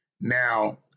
Now